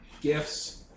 gifts